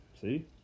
see